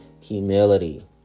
Humility